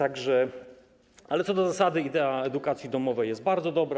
Ale co do zasady idea edukacji domowej jest bardzo dobra.